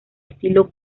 estilo